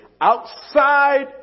outside